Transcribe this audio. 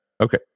Okay